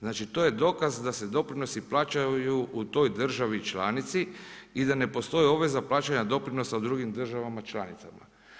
Znači to je dokaz da se doprinosi plaćaju u toj državi članici i da ne postoji obveza plaćanja doprinosa u drugim državama članicama.